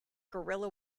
guerrilla